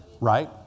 right